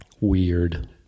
Weird